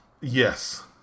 Yes